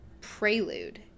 prelude